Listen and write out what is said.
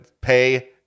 pay